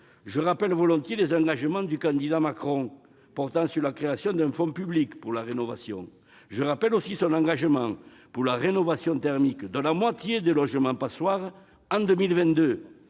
je rappelle volontiers les engagements du candidat Macron pour la création d'un fonds public pour la rénovation et pour la rénovation thermique de la moitié des logements passoires en 2022.